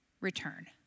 return